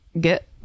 get